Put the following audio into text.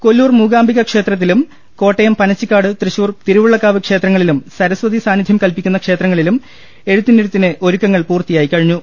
കൊല്ലൂർ മൂകാംബിക ക്ഷേത്രത്തിലും കോട്ടയം പനച്ചിക്കാട് തൃശൂർ തിരു വുള്ളക്കാവ് ക്ഷേത്രങ്ങളിലും സരസ്വതി സാന്നിധ്യം കൽപ്പിക്കുന്ന ക്ഷേത്രങ്ങ ളിലും എഴുത്തിനിരുത്തിന് ഒരുക്കങ്ങൾ പൂർത്തിയായിക്കഴിഞ്ഞു